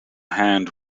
hand